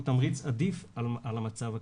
הוא תמריץ עדיף על המצב הקיים.